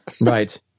Right